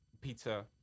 pizza